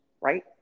right